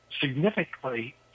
significantly